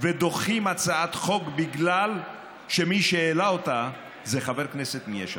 ודוחים הצעת חוק בגלל שמי שהעלה אותה הוא חבר כנסת מיש עתיד.